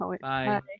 Bye